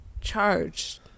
charged